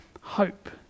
hope